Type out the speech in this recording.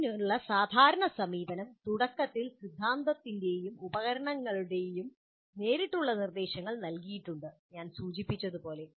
ഇതിനുള്ള സാധാരണ സമീപനം തുടക്കത്തിൽ സിദ്ധാന്തത്തിന്റെയും ഉപകരണങ്ങളുടെയും നേരിട്ടുള്ള നിർദ്ദേശങ്ങൾ നൽകിയിട്ടുണ്ട് ഞാൻ സൂചിപ്പിച്ചതുപോലെ